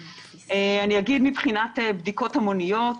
מבחינת בדיקות המוניות,